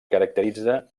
caracteritza